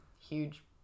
huge